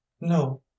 No